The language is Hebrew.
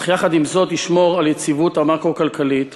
אך עם זאת ישמור על היציבות המקרו-כלכלית